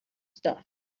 stuff